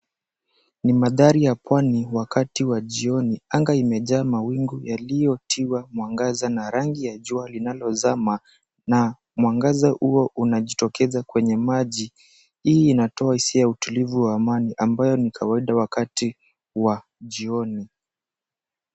Ni mandhari ya pwani wakati wa jioni. Anga imejaa mawingu yaliyotiwa mwangaza na rangi ya jua linalozama. Na mwangaza huo unajitokeza kwenye maji. Hii inatoa hisia ya utulivu wa amani ambayo ni kawaida wakati wa jioni.